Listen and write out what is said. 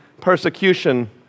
persecution